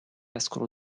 escono